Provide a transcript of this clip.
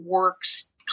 works